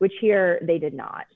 which here they did not